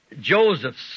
Joseph's